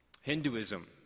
Hinduism